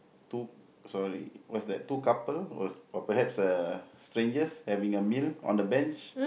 two sorry what's that two couple or perhaps uh stranger that having a meal on the bench